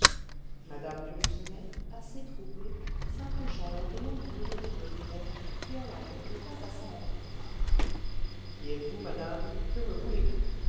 mme de lucenay assez troublée s'approcha lentement du bureau du notaire qui alla quelques pas à sa rencontre qui êtes-vous madame et que me voulez-vous